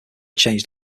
changed